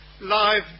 live